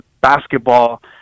basketball